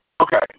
Okay